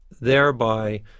thereby